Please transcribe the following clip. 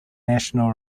national